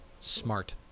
Smart